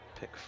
pick